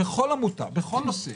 בכל נושא.